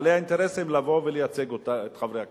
לבעלי האינטרסים לבוא ולייצג את חברי הכנסת.